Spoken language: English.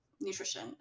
nutrition